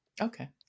Okay